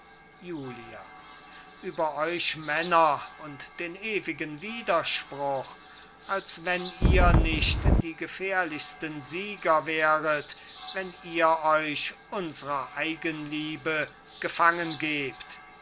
julia über euch männer und den ewigen widerspruch als wenn ihr nicht die gefährlichsten sieger wäret wenn ihr euch unsrer eigenliebe gefangen gebt